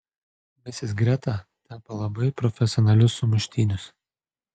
misis greta tepa labai profesionalius sumuštinius